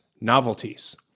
novelties